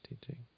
teaching